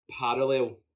parallel